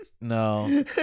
No